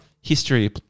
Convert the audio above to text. history